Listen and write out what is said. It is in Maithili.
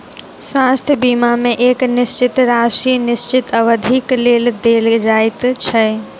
स्वास्थ्य बीमा मे एक निश्चित राशि निश्चित अवधिक लेल देल जाइत छै